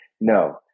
No